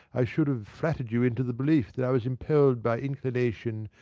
i should have flattered you into the belief that i was impelled by inclination,